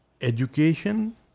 education